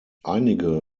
einige